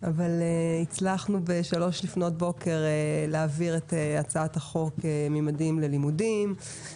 אבל הצלחנו ב-3:00 לפנות בוקר להעביר את הצעת החוק "ממדים ללימודם",